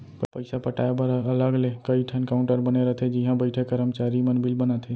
पइसा पटाए बर अलग ले कइ ठन काउंटर बने रथे जिहॉ बइठे करमचारी मन बिल बनाथे